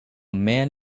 man